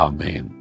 Amen